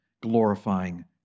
glorifying